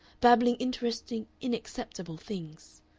babbling interesting inacceptable things.